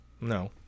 No